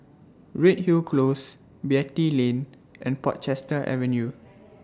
Redhill Close Beatty Lane and Portchester Avenue